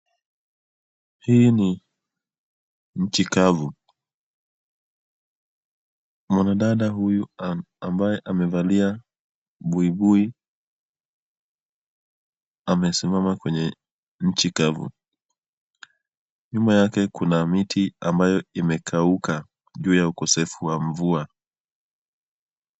Hii ni nchi kavu. Mwanadada huyu ambaye amevalia buibui amesimama kwenye nchi kavu. Nyuma yake kuna miti ambayo imekauka juu ya ukosefu wa mvua.